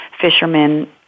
fishermen